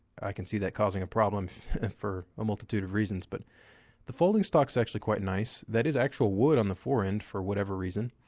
i can see that causing a problem for a multitude of reasons, but the folding stock's actually quite nice. that is actual wood on the fore-end for whatever reason.